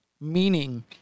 meaning